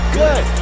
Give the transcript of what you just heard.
good